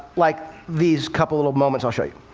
like these couple of moments i'll show you.